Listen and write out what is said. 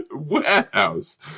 warehouse